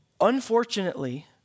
Unfortunately